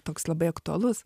toks labai aktualus